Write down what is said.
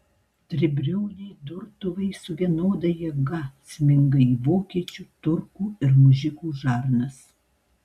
tribriauniai durtuvai su vienoda jėga sminga į vokiečių turkų ir mužikų žarnas